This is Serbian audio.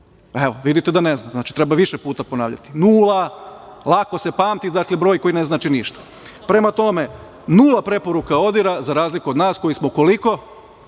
Evo, vidite da ne znate. Znači, treba više puta ponavljati. Nula, lako se pamti, dakle, broj koji ne znači ništa. Prema tome, nula preporuka ODIHR-a, za razliku od nas, koji smo koliko?